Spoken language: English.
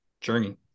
journey